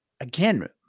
again